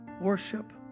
worship